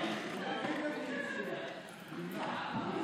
סעיפים 1 2 נתקבלו.